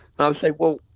and i'd say well,